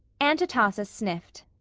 aunt atossa sniffed.